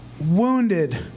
wounded